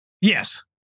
Yes